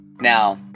Now